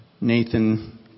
Nathan